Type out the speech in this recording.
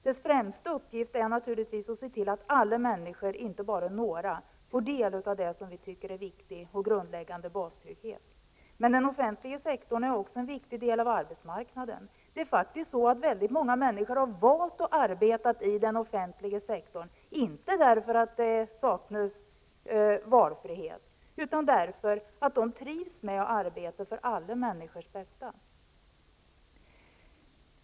Dess främsta uppgift är naturligtvis att se till att alla människor, inte bara några, får del av det som vi tycker är en viktig och grundläggande bastrygghet. Men den offentliga sektorn är också en viktig del av arbetsmarknaden. Många människor har faktiskt valt att arbeta där, inte i avsaknad av valfrihet utan därför att de trivs med att arbeta för alla människors bästa.